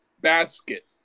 basket